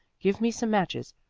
give me some matches.